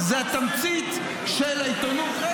זו התמצית של העיתונות.